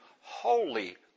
holy